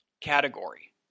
category